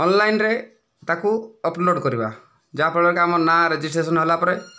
ଅନଲାଇନରେ ତାକୁ ଅପଲୋଡ଼ କରିବା ଯାହାଫଳରେ କି ଆମ ନାଁ ରେଜିଷ୍ଟ୍ରେସନ ହେଲା ପରେ